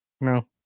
no